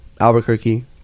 Albuquerque